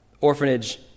orphanage